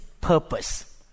purpose